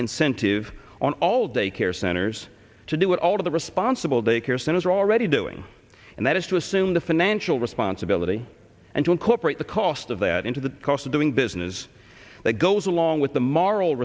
incentive on all daycare centers to do what all of the responsible daycare centers are already doing and that is to assume the financial responsibility and to incorporate the cost of that into the cost of doing business that goes along with the moral